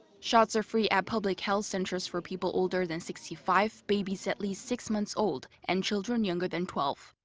shots are free at public health centers for people older than sixty five, babies at least six months old and children younger than twelve.